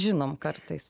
žinom kartais